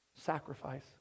sacrifice